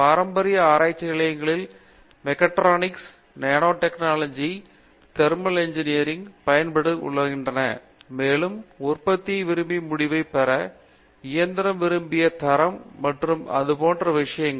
பாரம்பரிய ஆராய்ச்சி நிலையங்களில் மெக்கட்ரானிக்ஸ் நெனோடெக்னாலஜி போன்ற விஷயங்கள் இப்போது தெர்மல் இன்ஜினியரிங்கில் பயன்படுத்தப்பட்டு வருகின்றன மேலும் உற்பத்தியிலும் விரும்பிய முடிவை பெற இயந்திரம் விரும்பிய தரம் மற்றும் அது போன்ற விஷயங்கள்